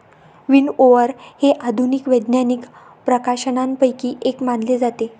विनओवर हे आधुनिक वैज्ञानिक प्रकाशनांपैकी एक मानले जाते